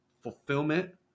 fulfillment